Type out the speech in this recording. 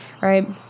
Right